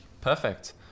Perfect